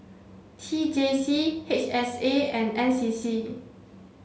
T J C H S A and N C C